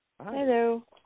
Hello